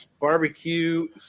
barbecue